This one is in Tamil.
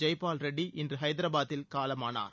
ஜெய்பால் ரெட்டி இன்று ஹைதராபாதில் காலமானார்